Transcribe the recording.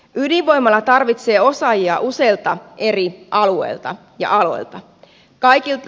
ydinvoimala tarvitsee osaajia useilta eri alueilta ja aloilta